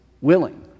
willing